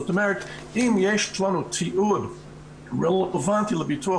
זאת אומרת שאם יש לנו תיעוד רלוונטי לביטוח